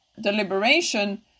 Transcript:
deliberation